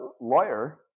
lawyer